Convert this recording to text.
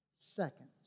seconds